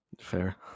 Fair